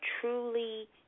truly